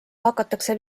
hakatakse